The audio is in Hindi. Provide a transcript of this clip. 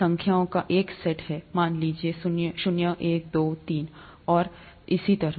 संख्याओं का एक सेट है मान लीजिए कि 0 1 2 3 है और इसी तरह